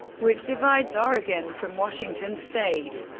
which divides oregon from washington state.